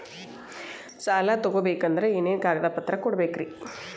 ಸಾಲ ತೊಗೋಬೇಕಂದ್ರ ಏನೇನ್ ಕಾಗದಪತ್ರ ಕೊಡಬೇಕ್ರಿ?